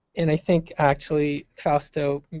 and i think, actually, fausto